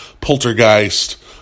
Poltergeist